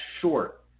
short